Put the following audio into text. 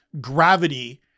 gravity